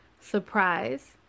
surprise